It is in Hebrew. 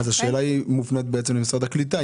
אז השאלה מופנית בעצם למשרד הקליטה.